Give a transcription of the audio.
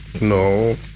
No